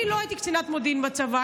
אני לא הייתי קצינת מודיעין בצבא,